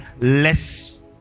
less